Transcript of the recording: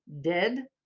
dead